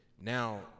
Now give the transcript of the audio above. now